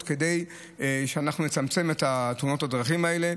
כדי שאנחנו נצמצם את תאונות הדרכים האלה.